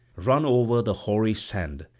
run over the hoary sand.